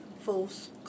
false